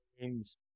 games